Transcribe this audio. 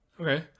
Okay